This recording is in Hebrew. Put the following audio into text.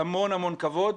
המון המון כבוד,